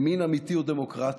ימין אמיתי הוא דמוקרטי,